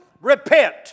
repent